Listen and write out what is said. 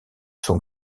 sont